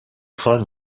find